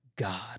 God